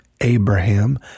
Abraham